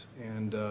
and